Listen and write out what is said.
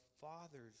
Father's